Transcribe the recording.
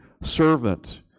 servant